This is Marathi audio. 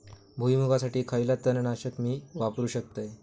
भुईमुगासाठी खयला तण नाशक मी वापरू शकतय?